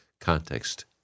context